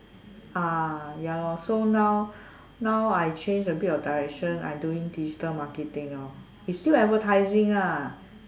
ah ya lor so now now I change a bit of direction I doing digital marketing lor it's still advertising lah